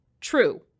true